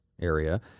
area